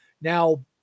Now